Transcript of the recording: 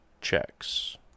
checks